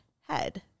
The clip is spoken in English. head